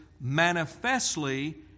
manifestly